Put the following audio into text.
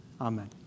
Amen